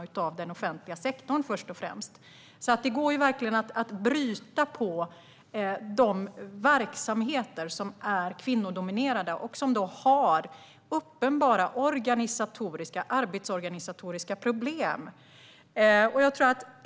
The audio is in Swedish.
Det går alltså verkligen att bryta på de verksamheter som är kvinnodominerade och har uppenbara arbetsorganisatoriska problem.